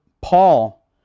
Paul